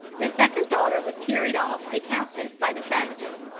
the second daughter was carried off a captive by the savages.